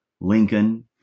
Lincoln